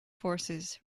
forces